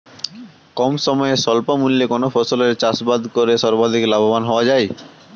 কম সময়ে স্বল্প মূল্যে কোন ফসলের চাষাবাদ করে সর্বাধিক লাভবান হওয়া য়ায়?